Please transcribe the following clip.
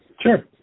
Sure